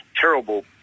Terrible